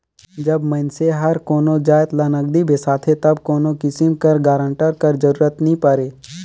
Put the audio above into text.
जब मइनसे हर कोनो जाएत ल नगदी बेसाथे तब कोनो किसिम कर गारंटर कर जरूरत नी परे